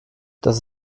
das